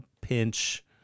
pinch